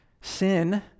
Sin